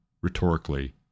rhetorically